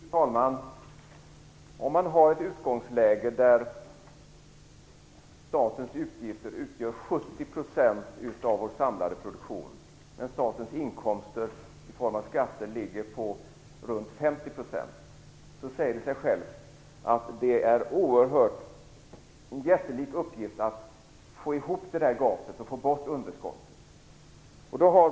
Fru talman! Om man har ett utgångsläge där statens utgifter utgör 70 % av vår samlade produktion men statens inkomster i form av skatter ligger runt 50 %, säger det sig självt att det är en jättelik uppgift att få bort underskottet och få ihop gapet.